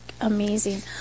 amazing